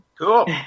Cool